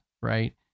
right